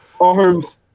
Arms